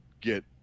get